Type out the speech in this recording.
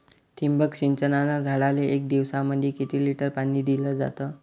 ठिबक सिंचनानं झाडाले एक दिवसामंदी किती लिटर पाणी दिलं जातं?